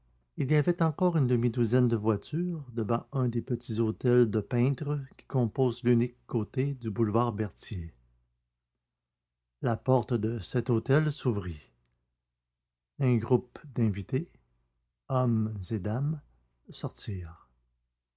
il y avait encore une demi-douzaine de voitures devant un des petits hôtels de peintre qui composent l'unique côté du boulevard berthier la porte de cet hôtel s'ouvrit un groupe d'invités hommes et dames sortirent